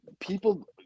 people